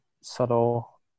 subtle